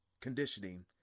conditioning